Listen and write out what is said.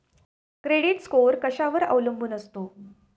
Credit score कशावर अवलंबून असतो?